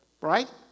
right